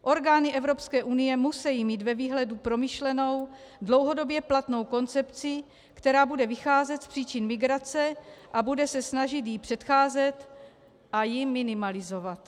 Orgány EU musejí mít ve výhledu promyšlenou, dlouhodobě platnou koncepci, která bude vycházet z příčin migrace a bude se snažit jí předcházet a ji minimalizovat.